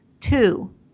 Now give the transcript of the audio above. Two